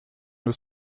nos